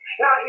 Now